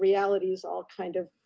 reality is all kind of